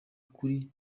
kuri